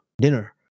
dinner